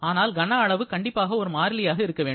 ஆனால் கன அளவு கண்டிப்பாக ஒரு மாறிலியாக இருக்க வேண்டும்